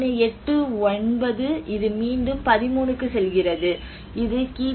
எண் 8 9 இது மீண்டும் 13 க்கு செல்கிறது இது கி